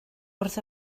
wrth